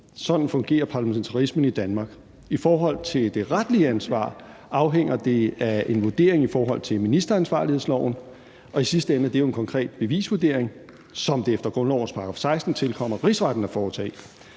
Sådan fungerer parlamentarismen i Danmark. I forhold til det retlige ansvar afhænger det af en vurdering i forhold til ministeransvarlighedsloven, og i sidste ende er det jo en konkret bevisvurdering, som det efter grundlovens § 16 tilkommer Rigsretten at foretage.